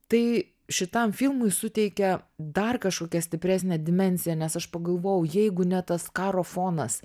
tai šitam filmui suteikia dar kažkokią stipresnę dimensiją nes aš pagalvojau jeigu ne tas karo fonas